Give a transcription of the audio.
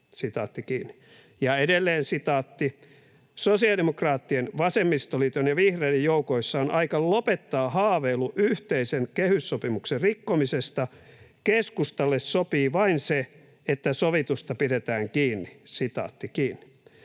ovat tekosyitä.” Ja edelleen: ”Sosiaalidemokraattien, vasemmistoliiton ja vihreiden joukoissa on aika lopettaa haaveilu yhteisen kehyssopimuksen rikkomisesta. Keskustalle sopii vain se, että sovitusta pidetään kiinni.” Samalla linjalla